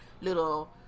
little